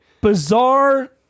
Bizarre